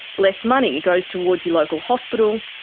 less money goes towards your local hospital,